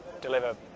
deliver